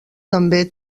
també